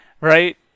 right